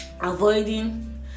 avoiding